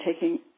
taking